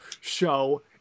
show